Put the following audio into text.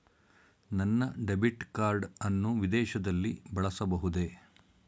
ನನ್ನ debit card ಅನ್ನು ವಿದೇಶದಲ್ಲಿ ಬಳಸಬಹುದೇ?